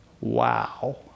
wow